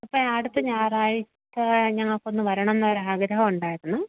അപ്പം അടുത്ത ഞായറാഴ്ച ഞങ്ങൾക്കൊന്ന് വരണം എന്നൊരാഗ്രഹം ഉണ്ടായിരുന്നു